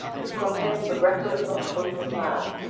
it contains the record of the hope of man,